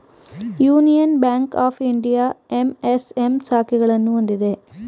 union Bank of India MSM ಶಾಖೆಗಳನ್ನು ಹೊಂದಿದೆ